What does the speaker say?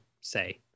say